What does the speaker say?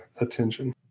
attention